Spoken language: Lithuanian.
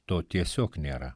to tiesiog nėra